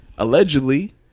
allegedly